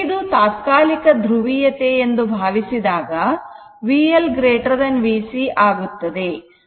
ಇದು ತಾತ್ಕಾಲಿಕ ಧ್ರುವೀಯತೆ ಎಂದು ಭಾವಿಸಿ ದಾಗ VL VC ಆಗುತ್ತದೆ